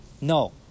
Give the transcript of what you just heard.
No